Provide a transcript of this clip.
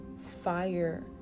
fire